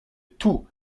toux